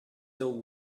till